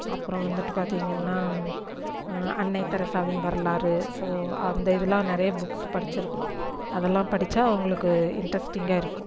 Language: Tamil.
அப்புறம் வந்துட்டு பார்த்திங்கன்னா அன்னை தெரசாவின் வரலாறு ஸோ அந்த இதலாம் நிறைய புக்ஸ் படிச்சிருக்கிறோம் அதெலாம் படித்தா உங்களுக்கு இன்ட்ரஸ்டிங்காக இருக்கும்